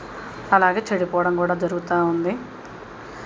అలాగే చెడిపోవడం కూడా జరుగుతు ఉంది